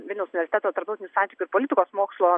vilniaus universiteto tarptautinių santykių ir politikos mokslo